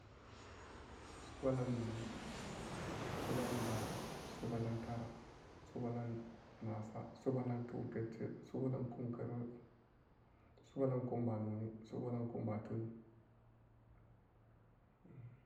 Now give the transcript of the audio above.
Subalang-noni, subalang-bara, subalang-tara, subalang-nasa, subalang-kum, ketece, subalang-kumkerere, subalang-kumba-noni, subalang-kumba tunin.